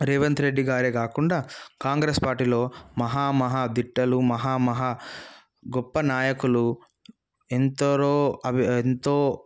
రేవంత్ రెడ్డి గారే కాకుండా కాంగ్రెస్ పార్టీలో మహా మహా దిట్టలు మహా మహా గొప్ప నాయకులు ఎంతరో అబి ఎంతో